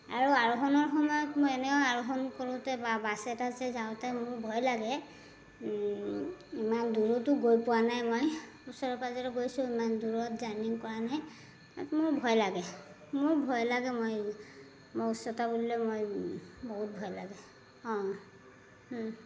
আৰু আৰোহণৰ সময়ত মই এনেও আৰোহণ কৰোঁতে বাছে টাছে যাওঁতে মোৰ ভয় লাগে ইমান দূৰতো গৈ পোৱা নাই মই ওচৰে পাঁজৰে গৈছোঁ ইমান দূৰত জাৰ্নিং কৰা নাই তাত মোৰ ভয় লাগে মোৰ ভয় লাগে মই মই উচ্চতা বুলিলে মই বহুত ভয় লাগে অঁ